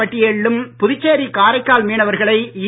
பட்டியலிலும் புதுச்சேரி காரைக்கால் மீனவர்களை ஈ